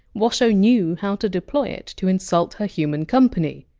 washoe knew how to deploy it to insult her human company.